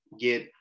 get